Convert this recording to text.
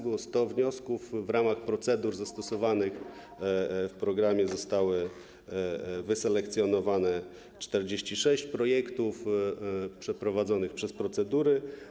Było 100 wniosków, w ramach procedur zastosowanych w programie zostało wyselekcjonowanych 46 projektów, które przeprowadzono przez procedury.